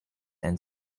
and